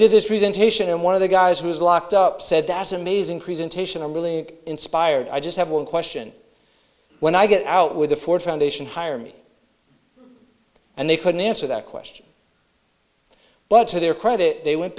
ation and one of the guys who was locked up said that's amazing crees intention i'm really inspired i just have one question when i get out with a ford foundation hire me and they couldn't answer that question but to their credit they went